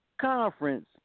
conference